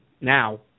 now